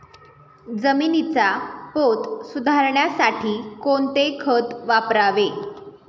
जमिनीचा पोत सुधारण्यासाठी कोणते खत वापरावे?